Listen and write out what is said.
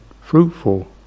fruitful